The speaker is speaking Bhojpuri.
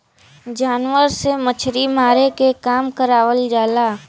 जानवर से मछरी मारे के काम करावल जाला